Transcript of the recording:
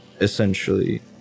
essentially